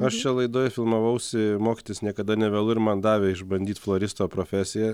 aš čia laidoj filmavausi mokytis niekada nevėlu ir man davė išbandyt floristo profesiją